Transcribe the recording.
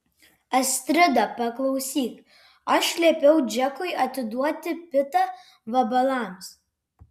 astrida paklausyk aš liepiau džekui atiduoti pitą vabalams